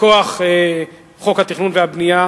מכוח חוק התכנון והבנייה,